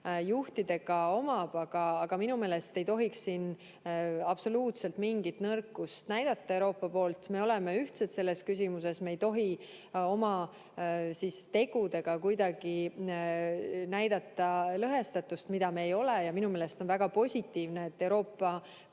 juhtidega. Aga minu meelest ei tohiks siin Euroopa absoluutselt mingit nõrkust näidata. Me oleme ühtsed selles küsimuses, me ei tohi oma tegudega kuidagi näidata lõhestatust, mida meil ei ole. Minu meelest on väga positiivne, et Euroopa